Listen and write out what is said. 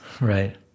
Right